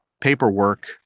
paperwork